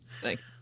Thanks